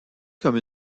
comme